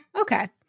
Okay